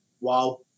wow